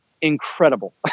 incredible